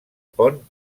pont